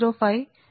కాబట్టి మైనస్ 0